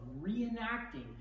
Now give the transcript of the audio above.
reenacting